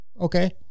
Okay